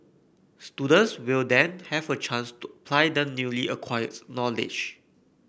students will then have a chance to apply their newly acquired knowledge